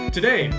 Today